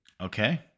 Okay